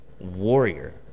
Warrior